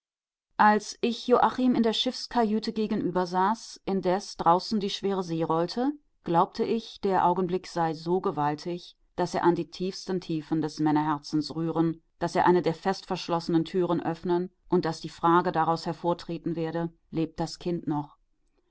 als ich joachim in der schiffskajüte gegenüber saß indes draußen die schwere see rollte glaubte ich der augenblick sei so gewaltig daß er an die tiefsten tiefen des männerherzens rühren daß er eine der festverschlossenen türen öffnen und daß die frage daraus hervortreten werde lebt das kind noch